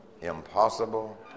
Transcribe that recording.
impossible